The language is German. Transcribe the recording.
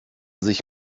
sich